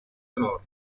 honor